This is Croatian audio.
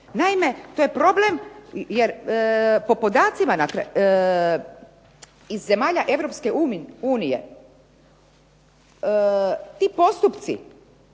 Naime, to je problem jer po podacima iz zemalja Europske unije ti postupci